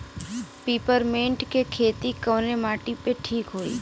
Peppermint के खेती कवने माटी पे ठीक होई?